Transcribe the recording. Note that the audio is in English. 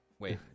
Wait